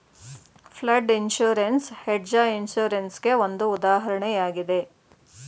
flood insurance hedge insurance ಗೆ ಒಂದು ಉದಾಹರಣೆಯಾಗಿದೆ